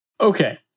Okay